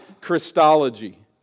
Christology